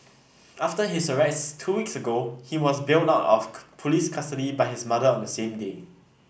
after his arrest two weeks ago he was bailed out of police custody by his mother on the same day